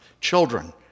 Children